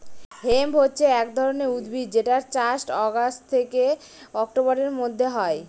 hemp হছে এক ধরনের উদ্ভিদ যেটার চাষ অগাস্ট থেকে অক্টোবরের মধ্যে হয়